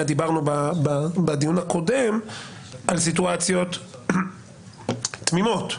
דיברנו בדיון הקודם על סיטואציות תמימות.